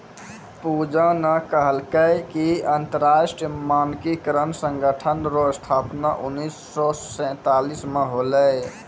पूजा न कहलकै कि अन्तर्राष्ट्रीय मानकीकरण संगठन रो स्थापना उन्नीस सौ सैंतालीस म होलै